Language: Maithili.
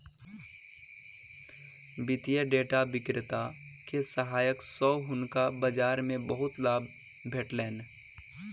वित्तीय डेटा विक्रेता के सहायता सॅ हुनका बाजार मे बहुत लाभ भेटलैन